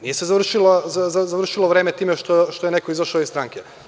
Nije se završilo vreme time što je neko izašao iz stranke.